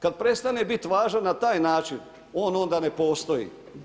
Kada prestane biti važan na taj način, on onda ne postoji.